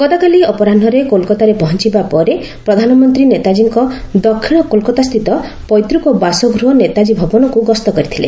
ଗତକାଲି ଅପରାହୁରେ କୋଲକାତାରେ ପହଞ୍ଚିବା ପରେ ପ୍ରଧାନମନ୍ତ୍ରୀ ନେତାଜୀଙ୍କ ଦକ୍ଷିଣ କୋଲକାତା ସ୍ଥିତ ପୈତୃକ ବାସଗୃହ ନେତାଜୀ ଭବନକୁ ଗସ୍ତ କରିଥିଲେ